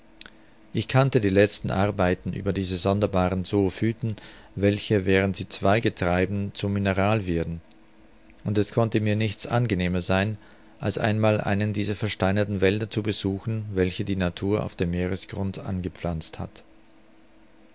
ich kannte die letzten arbeiten über diese sonderbaren zoophyten welche während sie zweige treiben zum mineral werden und es konnte mir nichts angenehmer sein als einmal einen dieser versteinerten wälder zu besuchen welche die natur auf dem meeresgrund angepflanzt hat